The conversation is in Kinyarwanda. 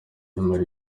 bimara